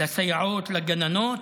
לסייעות, לגננות,